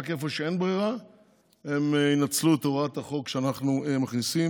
רק איפה שאין ברירה הם ינצלו את הוראת החוק שאנחנו מכניסים